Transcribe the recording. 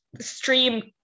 stream